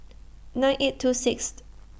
nine eight two Sixth